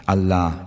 Allah